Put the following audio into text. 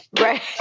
Right